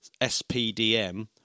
SPDM